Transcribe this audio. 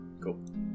Cool